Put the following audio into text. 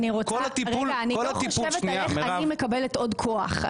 אני לא חושבת על איך אני מקבלת עוד כוח.